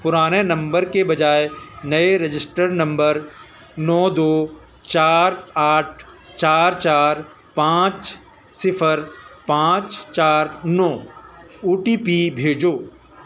پرانے نمبر کے بجائے نئے رجسٹرڈ نمبر نو دو چار آٹھ چار چار پانچ صفر پانچ چار نو او ٹی پی بھیجو